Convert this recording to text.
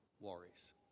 worries